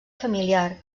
familiar